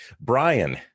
Brian